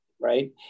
Right